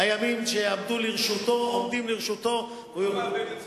הימים שעומדים לזכותו, הוא לא מאבד את זכותו.